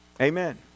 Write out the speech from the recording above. Amen